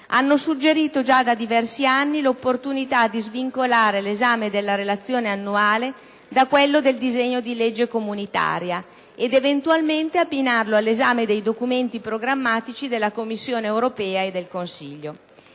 hanno suggerito già da diversi anni l'opportunità di svincolare l'esame della relazione annuale da quello del disegno di legge comunitaria ed eventualmente abbinarlo all'esame dei documenti programmatici della Commissione europea e del Consiglio.